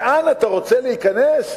לאן אתה רוצה להיכנס מה-OECD,